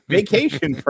Vacation